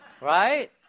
right